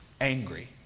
angry